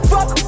Fuck